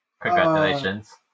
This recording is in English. Congratulations